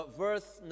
verse